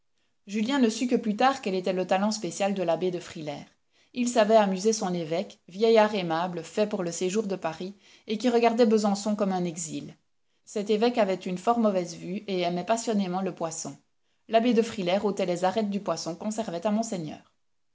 julien ne sut que plus tard quel était le talent spécial de l'abbé de frilair il savait amuser son évêque vieillard aimable fait pour le séjour de paris et qui regardait besançon comme un exil cet évêque avait une fort mauvaise vue et aimait passionnément le poisson l'abbé de frilair ôtait les arêtes du poisson qu'on servait à monseigneur